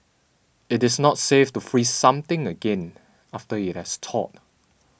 it is not safe to freeze something again after it has thawed